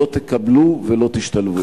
לא תקבלו ולא תשתלבו.